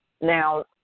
Now